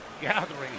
gathering